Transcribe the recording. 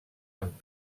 amb